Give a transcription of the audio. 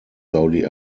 saudi